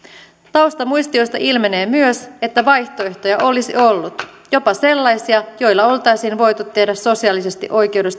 taustamuistioista ilmenee myös että vaihtoehtoja olisi ollut jopa sellaisia joilla oltaisiin voitu tehdä sosiaalisesti